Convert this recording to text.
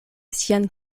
sian